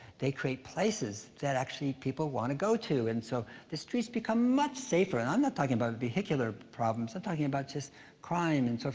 they create places that actually people wanna go to. and so, the streets become much safer. and i'm not talking about vehicular problems. i'm talking about just crime and so